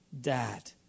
Dad